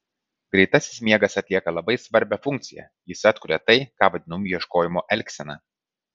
greitasis miegas atlieka labai svarbią funkciją jis atkuria tai ką vadinu ieškojimo elgsena